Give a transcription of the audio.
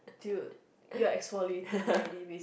dude you are exfoliating already basically